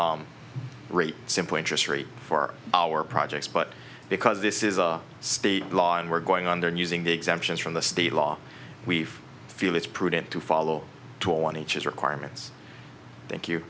percent rate simple interest rate for our projects but because this is a state law and we're going under and using the exemptions from the state law we feel it's prudent to follow toward each his requirements thank you